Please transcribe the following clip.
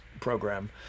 program